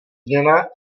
změna